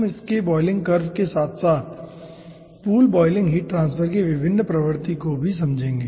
हम इसके boiling curve के साथ साथ पूल बॉयलिंग हीट ट्रांसफर के विभिन्न प्रवृत्ति को भी समझेंगे